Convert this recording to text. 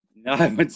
No